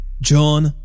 John